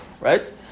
Right